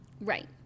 right